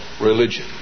religion